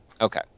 Okay